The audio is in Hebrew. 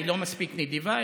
היא לא מספיק נדיבה,